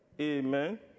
Amen